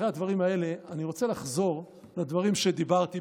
אחרי הדברים האלה אני רוצה לחזור לדברים שאמרתי,